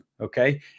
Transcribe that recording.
okay